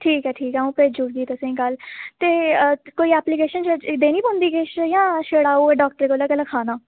ठीक ऐ ठीक ऐ आ'ऊं भेजुड़गी तुसेंगी कल ते कोई ऐप्लीकेशन देना पौंदी किश जां छड़ा ओह गै डाक्टर कोला गै लखाना